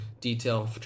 detail